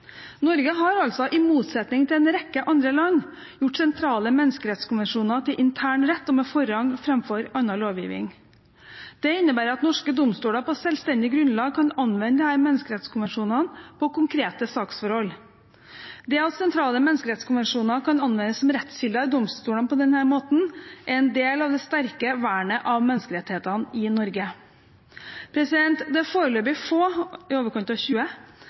Norge har altså, i motsetning til en rekke andre land, gjort sentrale menneskerettskonvensjoner til intern rett med forrang framfor annen lovgivning. Det innebærer at norske domstoler på selvstendig grunnlag kan anvende disse menneskerettskonvensjonene på konkrete saksforhold. Det at sentrale menneskerettskonvensjoner kan anvendes som rettskilder i domstolene på denne måten, er en del av det sterke vernet av menneskerettighetene i Norge. Det er foreløpig få – i overkant av 20